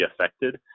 affected